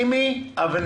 של חה"כ חוה אתי עטייה,